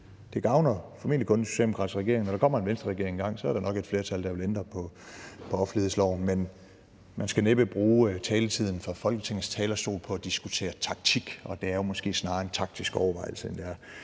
Det gavner formentlig kun den socialdemokratiske regering. Når der kommer en Venstreregering engang, er der nok et flertal, der vil ændre på offentlighedsloven. Men man skal næppe bruge taletiden fra Folketingets talerstol på at diskutere taktik, og det er måske snarere en taktisk overvejelse, end det er